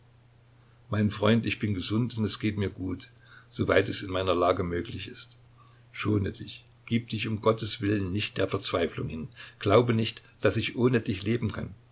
mein freund ich bin gesund und es geht mir gut soweit es in meiner lage möglich ist schone dich gib dich um gottes willen nicht der verzweiflung hin glaube nicht daß ich ohne dich leben kann